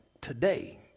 today